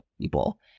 people